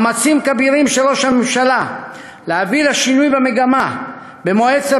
מאמצים כבירים של ראש הממשלה להביא לשינוי במגמה במועצת